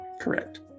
Correct